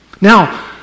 Now